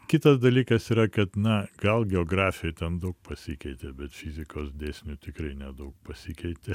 kitas dalykas yra kad na gal geografija ten daug pasikeitė bet fizikos dėsnių tikrai nedaug pasikeitė